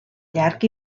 llarg